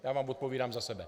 Já vám odpovídám za sebe.